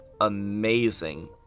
amazing